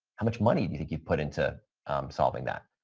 how much money you've put into solving that?